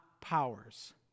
powers